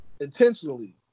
intentionally